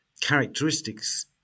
characteristics